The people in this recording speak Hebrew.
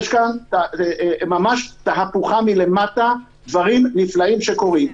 יש כאן ממש תהפוכה מלמטה, דברים נפלאים שקורים.